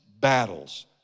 battles